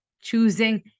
choosing